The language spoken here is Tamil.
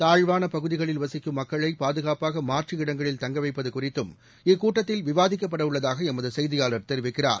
தாழ்வானபகுதிகளில் வசிக்கும் மக்களைபாதுகாப்பாகமாற்று இடங்களில் தங்கவைப்பதுகுறித்தும் இக்கூட்டத்தில் விவாதிக்கப்படவுள்ளதாகஎமதுசெய்தியாளர் தெரிவிக்கிறார்